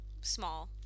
small